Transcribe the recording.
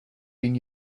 been